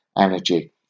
energy